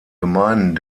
gemeinden